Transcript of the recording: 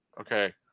okay